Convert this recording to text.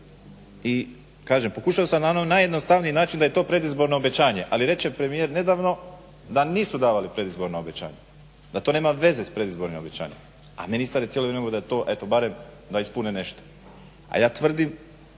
I kažem pokušao sam na onaj najjednostavniji način da je to predizborno obećanje, ali reče premijer nedavno da nisu davali predizborna obećanja, da to nema veze s predizbornim obećanjima a ministar je cijelo vrijeme govorio da je to eto barem da ispune nešto. A ja tvrdim